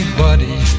buddy